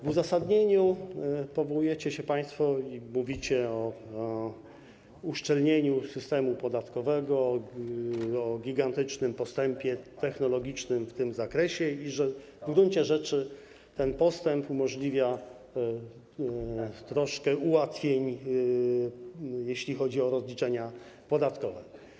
W uzasadnieniu powołujecie się państwo, mówicie o uszczelnieniu systemu podatkowego, o gigantycznym postępie technologicznym w tym zakresie, że w gruncie rzeczy ten postęp umożliwia troszkę ułatwień, jeśli chodzi o rozliczenia podatkowe.